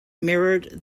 mirrored